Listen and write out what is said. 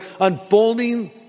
unfolding